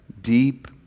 deep